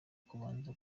kubanza